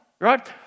right